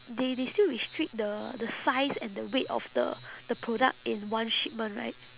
they they still restrict the the size and the weight of the the product in one shipment right